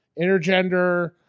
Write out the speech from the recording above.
intergender